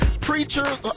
preachers